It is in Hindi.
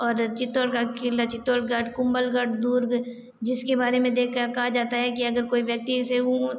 और चित्तौड़गढ़ किला चित्तौड़गढ़ कुंभलगढ़ दुर्ग जिसके बारे में देख कर कहा जाता है कि अगर कोई व्यक्ति इसे ऊ